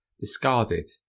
discarded